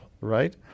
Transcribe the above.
right